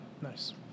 Nice